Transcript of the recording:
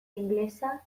ingelesa